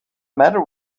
matter